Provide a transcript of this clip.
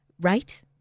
Right